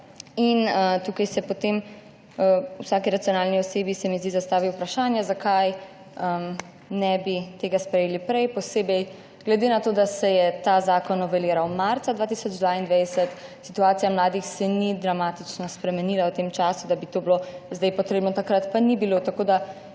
Tukaj se potem vsaki racionalni osebe, se mi zdi, zastavi vprašanje, zakaj ne bi tega sprejeli prej, posebej glede na to, da se je ta zakon noveliral marca 2022. Situacija mladih se ni dramatično spremenila v tem času, da bi to bilo sedaj potrebno, takrat pa ni bilo, Tako da